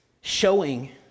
showing